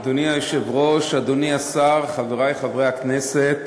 אדוני היושב-ראש, אדוני השר, חברי חברי הכנסת,